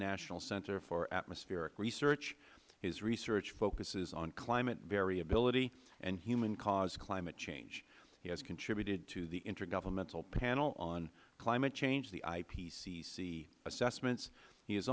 national center for atmospheric research his research focuses on climate variability and human caused climate change he has contributed to the intergovernmental panel on climate change the ipcc assessments he